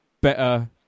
better